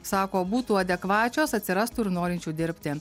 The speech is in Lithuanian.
sako būtų adekvačios atsirastų ir norinčių dirbti